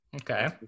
Okay